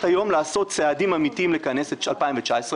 היום לעשות צעדים אמתיים לכנס את 2019,